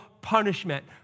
punishment